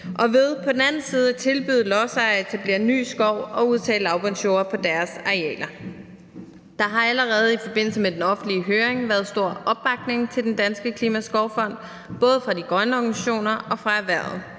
og ved på den anden side at tilbyde lodsejere at etablere ny skov og udtage lavbundsjorder på deres arealer. Der har allerede i forbindelse med den offentlige høring været stor opbakning til Den Danske Klimaskovfond, både fra de grønne organisationer og fra erhvervet.